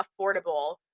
affordable